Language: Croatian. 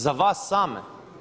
Za vas same?